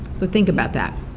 so think about that.